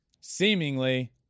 seemingly